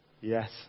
Yes